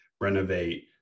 renovate